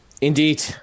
indeed